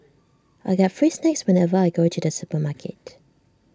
I get free snacks whenever I go to the supermarket